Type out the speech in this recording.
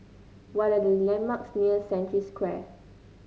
what are the landmarks near Century Square